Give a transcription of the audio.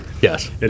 Yes